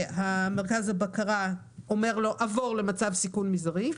ומרכז הבקרה אומר לו: עבור למצב סיכון מזערי.